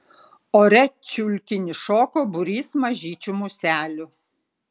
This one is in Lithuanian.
ore čiulkinį šoko būrys mažyčių muselių